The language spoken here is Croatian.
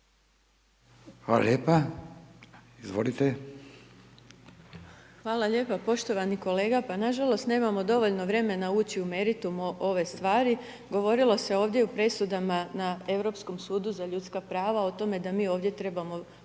Irena (HDZ)** Hvala lijepo, poštovani kolega, pa nažalost nemamo dovoljno vremena ući u meritum ove stvari, govorilo se ovdje u presudama na Europskom sudu za ljudska prava o tome da mi ovdje trebamo